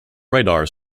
radar